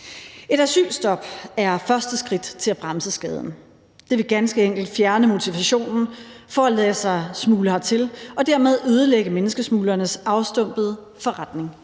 Et asylstop er første skridt til at bremse skaden. Det vil ganske enkelt fjerne motivationen for at lade sig smugle hertil og dermed ødelægge menneskesmuglernes afstumpede forretning.